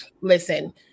listen